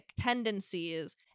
tendencies